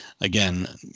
Again